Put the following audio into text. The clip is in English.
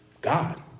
God